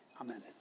amen